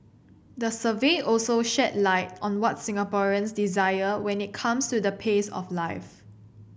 the survey also shed light on what Singaporeans desire when it comes to the pace of life